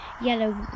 yellow